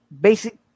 basic